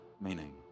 meaning